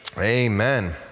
Amen